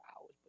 hours